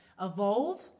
evolve